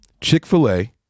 Chick-fil-A